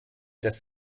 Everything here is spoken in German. des